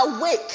awake